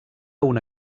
una